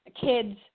kids